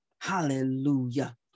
Hallelujah